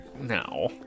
No